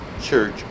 church